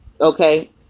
Okay